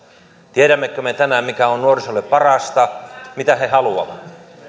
tiedämmekö me tänään mikä on nuorisolle parasta mitä he haluavat